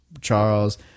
Charles